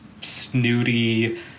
snooty